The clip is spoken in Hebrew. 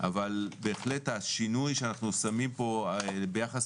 אבל בהחלט השינוי שאנחנו שמים פה ביחס